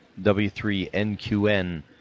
W3NQN